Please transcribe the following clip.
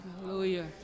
Hallelujah